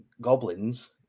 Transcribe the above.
goblins